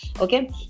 okay